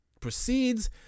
proceeds